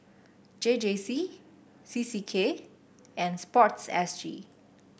J J C C C K and sport S G